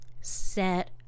set